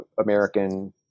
American